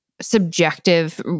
subjective